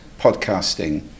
podcasting